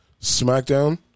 SmackDown